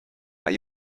are